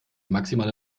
maximale